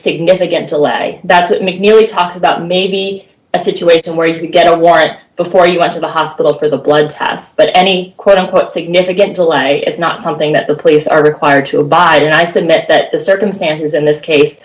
significant delay that's it make nearly talks about maybe a situation where you could get a warrant before you went to the hospital for the blood test but any quote unquote significant delay is not something that the police are required to abide and i submit that the circumstances in this case